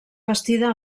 bastida